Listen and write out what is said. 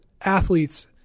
athletes